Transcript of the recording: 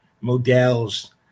Models